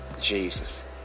Jesus